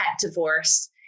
Divorce